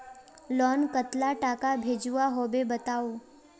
Loan कतला टाका भेजुआ होबे बताउ?